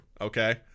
okay